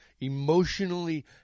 emotionally